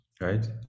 right